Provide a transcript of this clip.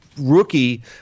rookie